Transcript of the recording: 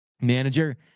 manager